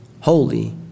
Holy